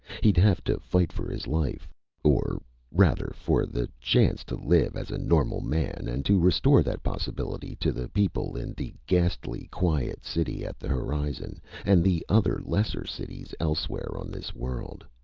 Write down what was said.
he'd have to fight for his life or rather, for the chance to live as a normal man, and to restore that possibility to the people in the ghastly-quiet city at the horizon and the other lesser cities elsewhere on this world.